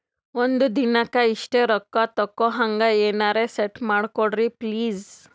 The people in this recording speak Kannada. ಒಂದಿನಕ್ಕ ಇಷ್ಟೇ ರೊಕ್ಕ ತಕ್ಕೊಹಂಗ ಎನೆರೆ ಸೆಟ್ ಮಾಡಕೋಡ್ರಿ ಪ್ಲೀಜ್?